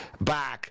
back